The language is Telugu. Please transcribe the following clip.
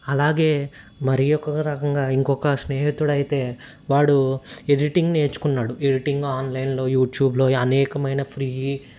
అలాగే మరి ఒక రకంగా ఇంకొక స్నేహితుడయితే వాడు ఎడిటింగ్ నేర్చుకున్నాడు ఎడిటింగ్ ఆన్లైన్లో యూట్యూబ్లో అనేకమైన ఫ్రీ